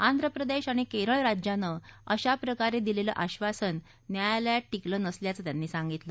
आंध्र प्रदेश आणि केरळ राज्यानं अशाप्रकारे दिलेलं आश्वासन न्यायालयात टिकलं नसल्याचं त्यांनी सांगितलं